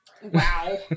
Wow